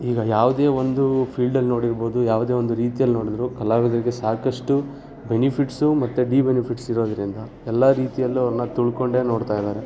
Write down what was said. ಈಗ ಯಾವುದೇ ಒಂದು ಫೀಲ್ಡಲ್ಲಿ ನೋಡಿರ್ಬೋದು ಯಾವುದೇ ಒಂದು ರೀತಿಯಲ್ಲಿ ನೋಡ್ದ್ರೂ ಕಲಾವಿದರಿಗೆ ಸಾಕಷ್ಟು ಬೆನಿಫಿಟ್ಸು ಮತ್ತು ಡೀ ಬೆನಿಫಿಟ್ಸ್ ಇರೋದರಿಂದ ಎಲ್ಲ ರೀತಿಯಲ್ಲೂ ಅವ್ರನ್ನ ತುಳ್ಕೊಂಡೇ ನೋಡ್ತಾ ಇದ್ದಾರೆ